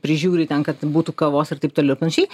prižiūri ten kad būtų kavos ir taip toliau ir panašiai